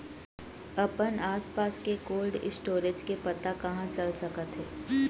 अपन आसपास के कोल्ड स्टोरेज के पता कहाँ चल सकत हे?